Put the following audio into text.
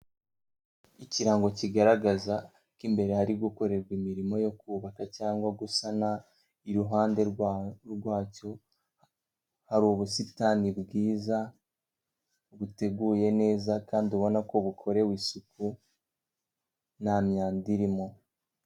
Ikirango kigaragaza ko imbere hari gukorerwa imirimo yo kubaka cyangwa gusana, iruhande rwacyo hari ubusitani bwiza buteguye neza, kandi ubona ko bukorewe isuku nta myanda irimo.